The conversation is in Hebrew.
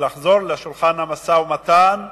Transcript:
שכדי לחזור לשולחן המשא-ומתן,